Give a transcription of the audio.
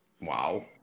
Wow